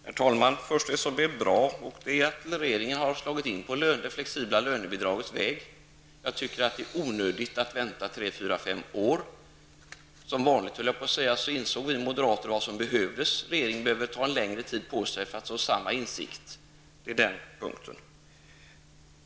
Herr talman! Först vill jag nämna det som är bra, nämligen att regeringen har slagit in på de flexibla lönebidragens väg. Det är enligt min uppfattning onödigt att vänta tre fyra eller fem år. Vi moderater insåg -- som vanligt, höll jag på att säga -- vad som behövdes. Regeringen behöver ha en längre tid på sig för att få samma insikt.